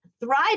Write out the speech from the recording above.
thrive